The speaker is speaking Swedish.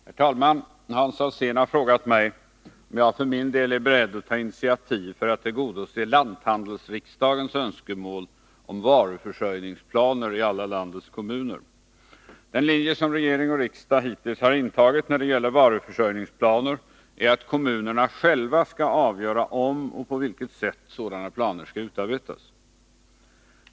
Herr talman! Hans Alsén har frågat mig om jag för min del är beredd att ta initiativ för att tillgodose lanthandelsriksdagens önskemål om varuförsörjningsplaner i alla landets kommuner. Den linje som regeringen och riksdag hittills har intagit när det gäller varuförsörjningsplaner är att kommunerna själva skall avgöra om och på vilket sätt sådana planer skall utarbetas.